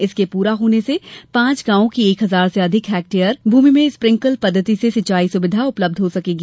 इसके पूरा होने से पांच गांवों की एक हजार से अधिक हेक्टेयर भूमि में स्प्रिंकल पद्वति से सिंचाई सुविधा उपलब्ध हो सकेगी